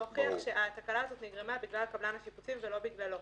להוכיח שהתקלה נגרמה בגלל קבלן השיפוצים ולא בגללו.